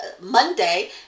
Monday